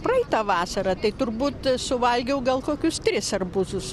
praeitą vasarą tai turbūt suvalgiau gal kokius tris arbūzus